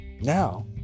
Now